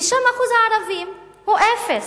ושם אחוז הערבים הוא אפס.